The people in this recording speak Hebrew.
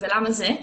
ולמה זה?